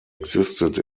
existed